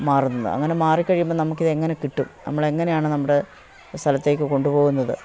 മാറുന്നത് അങ്ങനെ മാറിക്കഴിയുമ്പോൾ നമുക്കിതെങ്ങനെ കിട്ടും നമ്മളെങ്ങനെയാണ് നമ്മുടെ സ്ഥലത്തേക്ക് കൊണ്ടുപോകുന്നത്